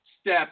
step